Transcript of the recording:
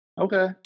Okay